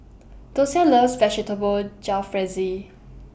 Dosia loves Vegetable Jalfrezi